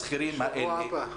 השכירים האלה,